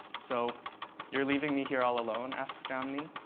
so you're leaving me here all alone, asks jomny.